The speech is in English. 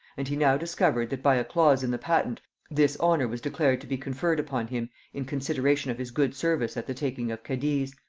and he now discovered that by a clause in the patent this honor was declared to be conferred upon him in consideration of his good service at the taking of cadiz,